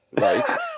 right